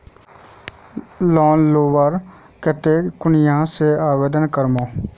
Loan लुबार केते कुनियाँ से आवेदन करूम?